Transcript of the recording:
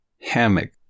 hammock